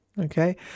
okay